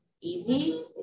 easy